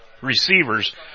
receivers